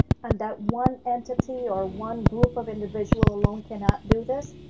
and that one entity or one group of individual alone cannot do this.